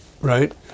Right